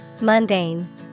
Mundane